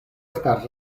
estas